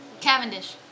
Cavendish